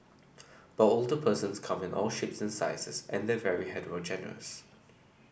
but older persons come in all shapes and sizes and they're very heterogeneous